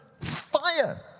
fire